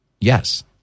Yes